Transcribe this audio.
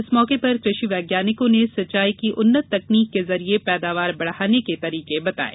इस मौके पर कृषि वैज्ञानिकों ने सिंचाई की उन्नत तकनीक के जरिए पैदावार बढ़ाने के तरीके बताये